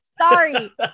Sorry